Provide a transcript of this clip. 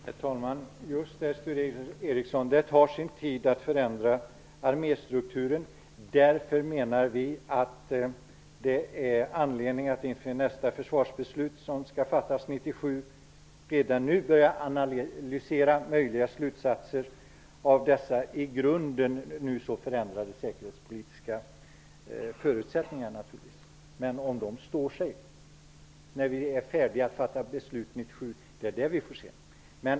Herr talman! Just det, Sture Ericson, det tar sin tid att förändra arméstrukturen. Därför menar vi att det finns anledning att inför nästa försvarsbeslut som skall fattas 1997 redan nu börja analysera möjliga slutsatser av dessa i grunden så förändrade säkerhetspolitiska förutsättningar. Vi får dock se om de står sig när vi är klara att fatta beslut år 1997.